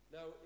Now